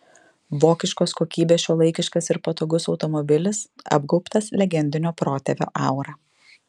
vokiškos kokybės šiuolaikiškas ir patogus automobilis apgaubtas legendinio protėvio aura